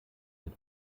den